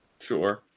Sure